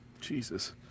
Jesus